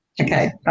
Okay